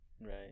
right